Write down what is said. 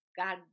God